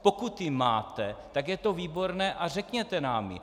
Pokud ji máte, tak je to výborné a řekněte nám ji.